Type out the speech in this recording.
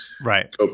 right